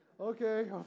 Okay